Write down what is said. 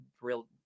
real